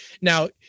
Now